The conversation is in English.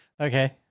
okay